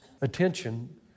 attention